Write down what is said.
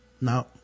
No